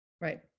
Right